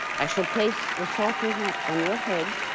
i shall place the sorting hat on your head,